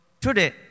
today